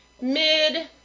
mid